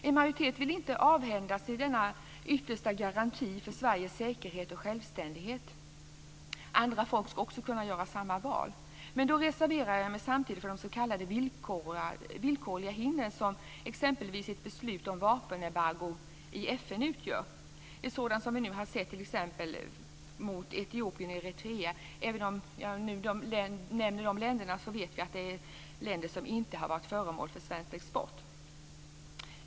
En majoritet vill inte avhända sig denna yttersta garanti för Sveriges säkerhet och självständighet. Andra folk ska också kunna göra samma val. Men då reserverar jag mig samtidigt för de s.k. villkorliga hinder som exempelvis ett beslut om vapenembargo i FN utgör. Ett sådant har vi nu sett t.ex. mot Etiopien och Eritrea. Även om jag nu nämner de länderna så vet vi att det är fråga om länder som inte har varit föremål för svensk export.